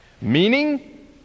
Meaning